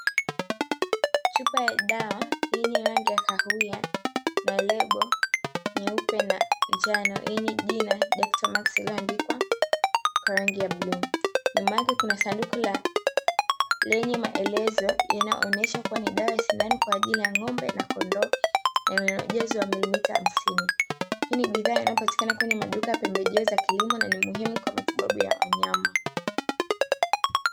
chupa ya dawa yenye rangi ya kahawia na lebo nyeupe na njano na yenye jina "dectomax", iliyoandikwa kwa rangi ya bluu, nyuma yake kuna sanduku lenye maelezo yanayoonyesha kuwa ni dawa ya sindano kwa ajili ya ngombe na kondoo, yenye ujazo wa mililita hamsini. Hii ni badhaa inayopatikana kwenye maduka ya pembejeo za kilimo na ni muhimu kwa matibabu ya wanyama .